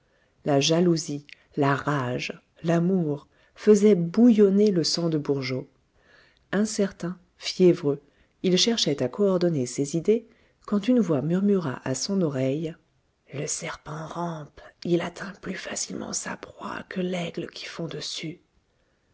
la jalousie la rage l'amour faisaient bouillonner le sang de bourgeot incertain fiévreux il cherchait à coordonner ses idées quand une voix murmura à son oreille le serpent rampe il atteint plus facilement sa proie que l'aigle qui fond dessus